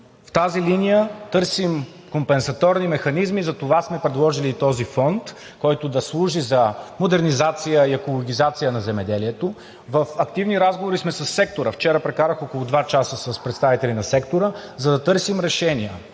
В тази линия търсим компесаторни механизми, затова сме предложили този фонд, който да служи за модернизация и екологизация на земеделието. В активни разговори сме със сектора –вчера прекарах около два часа с представители на сектора, за да търсим решения.